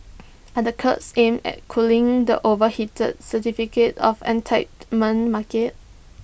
are the curbs aimed at cooling the overheated certificate of entitlement market